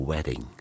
Wedding